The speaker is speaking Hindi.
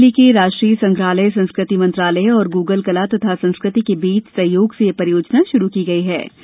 नई दिल्ली के राष्ट्रीय संग्रहालय संस्कृति मंत्रालय और गूगल कला तथा संस्कृति के बीच सहयोग से यह परियोजना शुरू की गई है